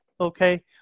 okay